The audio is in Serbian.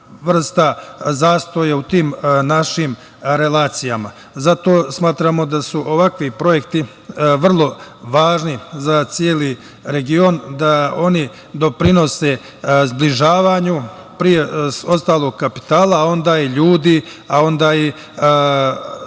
vrsta zastoja u tim našim relacijama. Zato smatramo da su ovakvi projekti vrlo važni za celi region, da oni doprinose zbližavanju pre svega kapitala, a onda i ljudi i